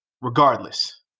regardless